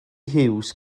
hughes